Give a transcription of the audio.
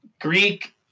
Greek